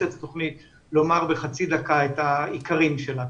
את התוכנית לומר בחצי דקה את העיקרים שלה.